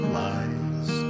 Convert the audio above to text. lies